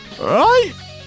Right